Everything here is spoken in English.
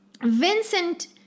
Vincent